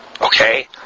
Okay